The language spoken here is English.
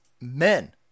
men